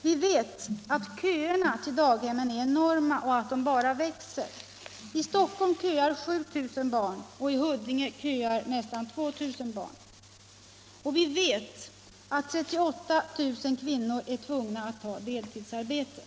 Vi vet att köerna till daghemmen är enorma och att de bara växer. I Stockholm köar 7000 barn och i Huddinge köar nästan 2000 barn. Vi vet att 38 000 kvinnor är tvungna att ha deltidsarbete.